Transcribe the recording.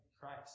Christ